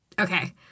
Okay